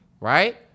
Right